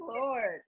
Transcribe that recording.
Lord